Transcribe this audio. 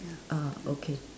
ah okay